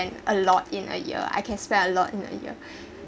and a lot in a year I can spend a lot in a year